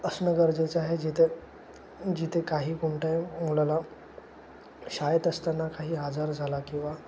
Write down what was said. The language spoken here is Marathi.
असणं गरजेचं आहे जिथे जिथे काही कोणत्याही मुलाला शाळेत असताना काही आजार झाला किंवा